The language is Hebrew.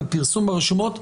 בפרסום ברשומות,